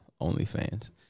OnlyFans